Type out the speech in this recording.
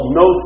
no